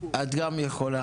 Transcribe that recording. --- את גם יכולה.